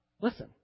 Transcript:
listen